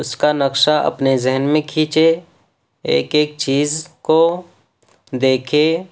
اس کا نقشہ اپنے ذہن میں کھینچے ایک ایک چیز کو دیکھے